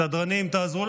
סדרנים, תעזרו.